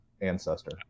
ancestor